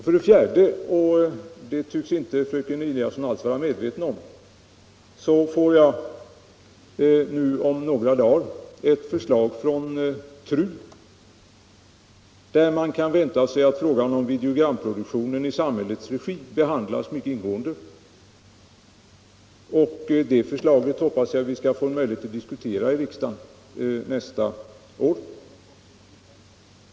För det fjärde får jag — och det tycks fröken Eliasson inte vara medveten om — om några dagar ett förslag från TRU, i vilket man kan vänta sig att frågan om videogramproduktionen i samhällets regi behandlas mycket ingående. Detta förslag hoppas jag vi skall få möjlighet att diskutera i riksdagen nästa år.